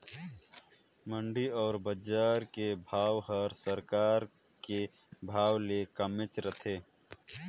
मंडी अउ बजार के भाव हर सरकार के भाव ले कमेच रथे